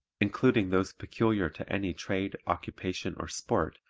including those peculiar to any trade, occupation or sport,